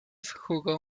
jugó